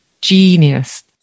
genius